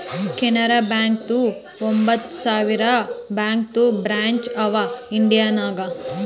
ಕೆನರಾ ಬ್ಯಾಂಕ್ದು ಒಂಬತ್ ಸಾವಿರ ಬ್ಯಾಂಕದು ಬ್ರ್ಯಾಂಚ್ ಅವಾ ಇಂಡಿಯಾ ನಾಗ್